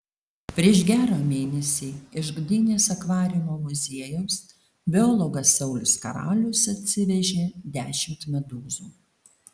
prieš gerą mėnesį iš gdynės akvariumo muziejaus biologas saulius karalius atsivežė dešimt medūzų